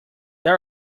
they